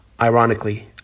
Ironically